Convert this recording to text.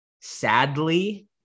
sadly